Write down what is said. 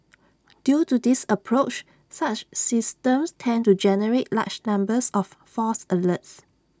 due to this approach such systems tend to generate large numbers of false alerts